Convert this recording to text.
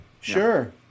sure